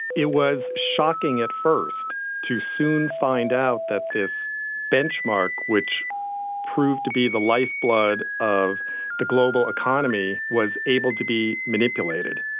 it was shocking at first to soon find out that this benchmark, which proved to be the lifeblood of the global economy, was able to be manipulated.